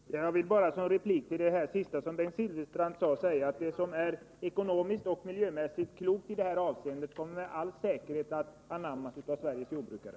Herr talman! Jag vill bara som replik till det sista som Bengt Silfverstrand anförde säga att det som i detta avseende är ekonomiskt och miljömässigt klokt med all säkerhet kommer att anammas av Sveriges jordbrukare.